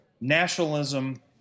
nationalism